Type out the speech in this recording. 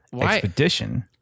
expedition